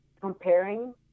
comparing